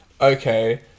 okay